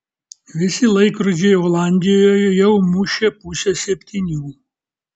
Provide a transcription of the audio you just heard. visi laikrodžiai olandijoje jau mušė pusę septynių